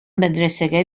мәдрәсәгә